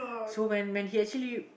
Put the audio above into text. so when when he actually